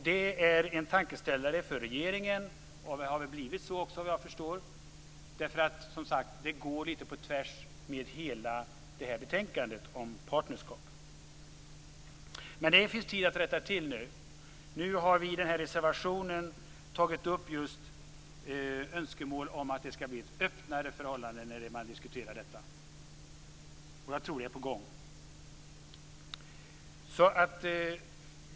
Det är en tankeställare för regeringen och har blivit så också, såvitt jag förstår, därför att det som sagt går litet på tvärs med hela det här betänkandet om partnerskap. Men det finns tid att rätta till detta. Vi har i den här reservationen tagit upp just önskemål om att det skall bli ett öppnare förhållande när man diskuterar detta, och jag tror att det är på gång.